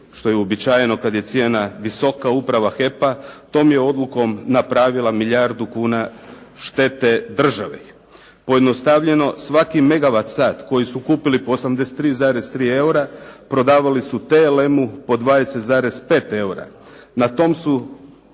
što je uobičajeno kada je cijena visoka, uprava HEP-a tom je odlukom napravila milijardu kuna štete državi. Pojednostavljeno, svaki megawat sat koji su kupili po 83,3 eura prodavali su TLM-u po 20,5 eura. Na tom su